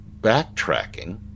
backtracking